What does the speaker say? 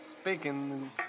speaking